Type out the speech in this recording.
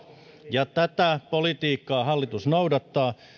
ja tätä politiikkaa hallitus noudattaa